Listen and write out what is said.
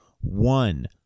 one